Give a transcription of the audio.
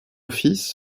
fils